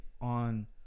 on